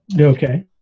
Okay